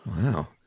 Wow